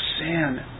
sin